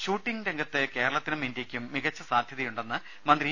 shooting രംഗത്ത് കേരളത്തിനും ഇന്ത്യയ്ക്കും മികച്ച സാധ്യതയുണ്ടെന്ന് മന്ത്രി ഇ